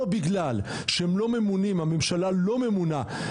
או בגלל שהם לא ממונים הממשלה לא ממונה,